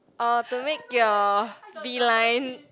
uh to make your V line